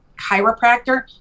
chiropractor